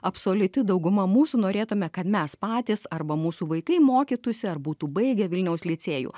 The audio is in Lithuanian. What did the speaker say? absoliuti dauguma mūsų norėtume kad mes patys arba mūsų vaikai mokytųsi ar būtų baigę vilniaus licėjų